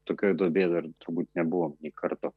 tokioj duobėj dar turbūt nebuvom nė karto